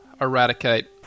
Eradicate